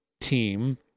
team